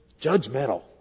judgmental